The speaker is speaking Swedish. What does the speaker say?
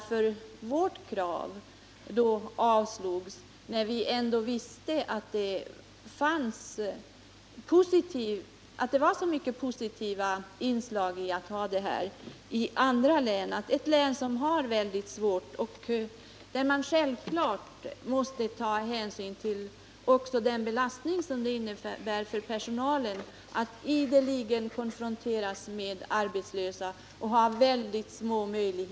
Dessa självklara krav har schahregimen hittills bemött med brutalitet och upptrappad terror. Det är nu viktigt att den internationella opinionen och regeringar i olika länder ger det iranska folket sitt stöd. Den svenska regeringen har hittills uppvisat en häpnadsväckande passivitet. Mer än ett år har förflutit sedan sysselsättningsutredningen föreslog särskilda personalförstärkningar inom arbetsmarknadsverket för intensifierade insatser till förmån för ungdomens sysselsättning.